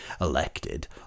elected